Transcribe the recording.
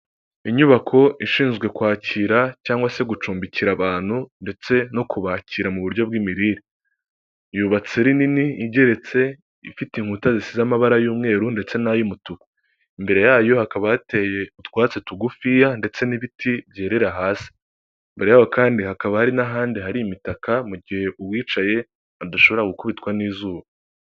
Inyubako ishinzwe kwakira cyangwa se gucumbikira abantu ndetse no kubakira mu buryo bw'imirire, yubatse ari nini igeretse ifite inkuta zisize amabara y'umweru ndetse n'ay'umutuku, imbere yayo hakaba hateye utwatsi tugufiya ndetse n'ibiti byerera hasi, imbere yaho kandi hakaba hari n'ahandi hari imitaka mu gihe uwicaye adashobora gukubitwa n'izuba.